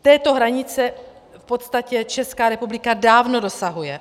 Této hranice v podstatě Česká republika dávno dosahuje.